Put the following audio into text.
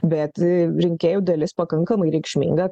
bet rinkėjų dalis pakankamai reikšminga